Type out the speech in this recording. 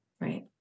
right